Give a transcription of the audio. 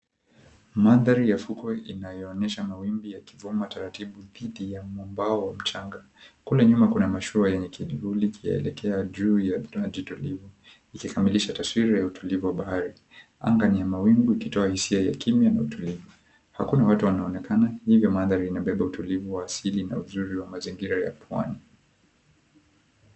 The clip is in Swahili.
Mandhari ya fukwe inayoonesha mawimbi yakivuma taratibu dhidhi ya mwambao wa mchanga. Kule nyuma kuna mashua yenye kivuli ikiekea juu ya maji tulivu ikikamilisha taswira ya utulivu wa bahari. Anga ni ya mawingu ikitoa hisia ya kimya na utulivu. Hakuna watu wanaonekana hivyo mandhari inabeba utulivu wa asili na uzuri wa mazimgira ya pwani.